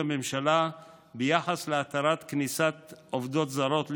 הממשלה ביחס להתרת כניסת עובדות זרות לישראל,